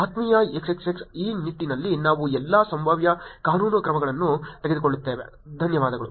ಆತ್ಮೀಯ XXX ಈ ನಿಟ್ಟಿನಲ್ಲಿ ನಾವು ಎಲ್ಲಾ ಸಂಭಾವ್ಯ ಕಾನೂನು ಕ್ರಮಗಳನ್ನು ತೆಗೆದುಕೊಳ್ಳುತ್ತೇವೆ ಧನ್ಯವಾದಗಳು